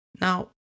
Now